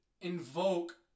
invoke